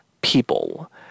people